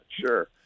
sure